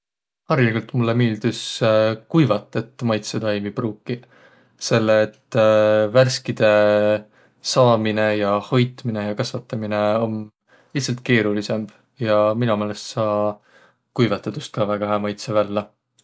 Hariligult mullõ miildüs kuivatõt maitsõtaimi pruukiq, selle et värskide saaminõ ja hoitminõ ja kasvataminõ om lihtsält keerulidsõmb. Ja mino meelest saa kuivatõdust ka väega hää maitsõ vällä.